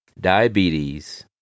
diabetes